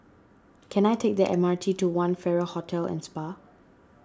can I take the M R T to one Farrer Hotel and Spa